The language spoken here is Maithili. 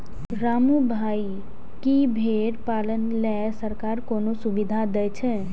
रामू भाइ, की भेड़ पालन लेल सरकार कोनो सुविधा दै छै?